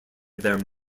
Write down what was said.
their